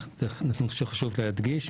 חשוב להדגיש,